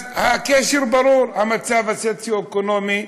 אז הקשר ברור, המצב הסוציו-אקונומי,